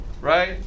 right